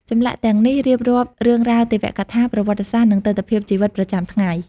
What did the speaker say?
ចម្លាក់ទាំងនោះរៀបរាប់រឿងរ៉ាវទេវកថា ប្រវត្តិសាស្ត្រ និងទិដ្ឋភាពជីវិតប្រចាំថ្ងៃ។